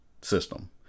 system